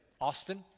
Austin